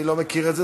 אני לא מכיר את זה.